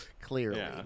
Clearly